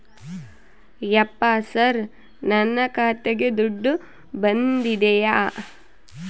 ಯಪ್ಪ ಸರ್ ನನ್ನ ಖಾತೆಗೆ ದುಡ್ಡು ಬಂದಿದೆಯ?